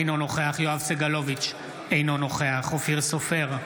אינו נוכח יואב סגלוביץ' אינו נוכח אופיר סופר,